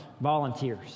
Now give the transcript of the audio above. volunteers